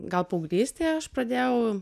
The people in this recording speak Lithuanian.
gal paauglystėj aš pradėjau